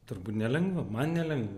turbūt nelengva man nelengva